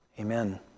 Amen